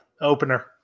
opener